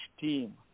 team